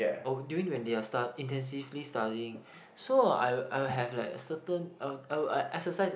oh during when they are start intensively studying so I'll I will have like a certain I'll I'll exercise